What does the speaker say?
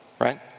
right